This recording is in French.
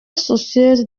soucieuse